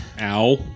Ow